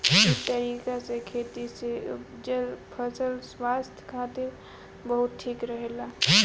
इ तरीका से खेती से उपजल फसल स्वास्थ्य खातिर बहुते ठीक रहेला